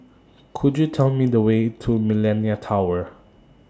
Could YOU Tell Me The Way to Millenia Tower